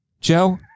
Joe